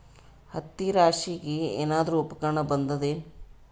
ಹತ್ತಿ ರಾಶಿಗಿ ಏನಾರು ಉಪಕರಣ ಬಂದದ ಏನು?